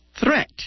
threat